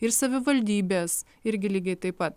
ir savivaldybės irgi lygiai taip pat